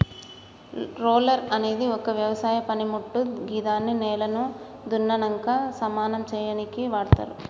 roller అనేది ఒక వ్యవసాయ పనిమోట్టు గిదాన్ని నేలను దున్నినంక సమానం సేయనీకి వాడ్తరు